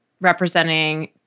representing